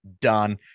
done